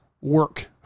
work